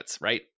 right